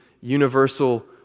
universal